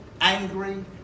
angry